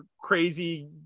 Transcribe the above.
crazy